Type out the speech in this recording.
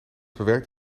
verwerkt